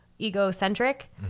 egocentric